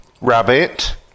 rabbit